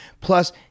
Plus